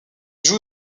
joue